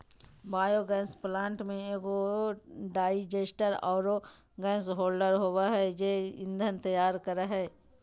biogas plant में एगो digester आरो गैस होल्डर होबा है जे ईंधन तैयार करा हइ